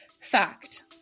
Fact